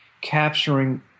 capturing